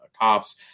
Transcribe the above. cops